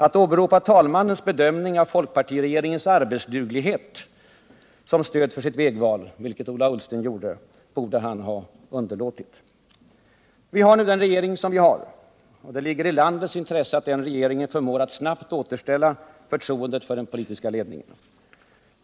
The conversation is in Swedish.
Att åberopa talmannens bedömning av folkpartiregeringens arbetsduglighet som stöd för sitt vägval, vilket Ola Ullsten gjorde, borde han ha underlåtit. Vi har nu den regering som vi har. Det ligger i landets intresse att den regeringen förmår att snabbt återställa förtroendet för den politiska ledningen.